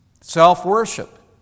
Self-worship